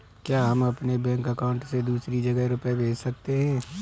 क्या हम अपने बैंक अकाउंट से दूसरी जगह रुपये भेज सकते हैं?